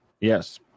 Yes